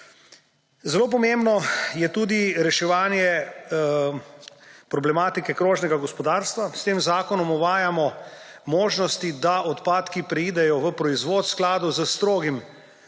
Zelo pomembno je tudi reševanje problematike krožnega gospodarstva. S tem zakonom uvajamo možnosti, da odpadki preidejo v proizvod v skladu s strogim